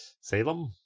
Salem